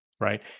right